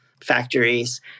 factories